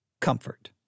comfort